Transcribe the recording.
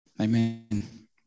amen